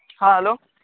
हाँ हैलो